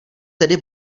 tedy